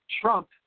Trump